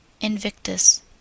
invictus